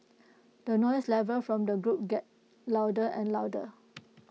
the noise level from the group got louder and louder